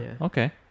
Okay